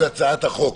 הצעת החוק?